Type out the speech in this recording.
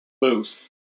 booth